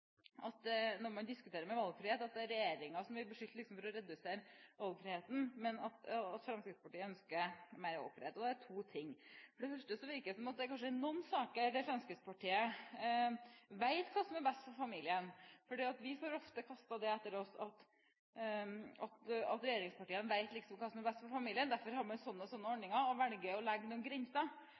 som blir beskyldt for å redusere valgfriheten, mens Fremskrittspartiet ønsker mer valgfrihet. Det er to ting: For det første virker det som det er noen saker der Fremskrittspartiet vet hva som er best for familien. Vi får ofte kastet det etter oss at regjeringspartiene liksom vet hva som er best for familien. Derfor har vi sånne og sånne ordninger, og vi velger å sette noen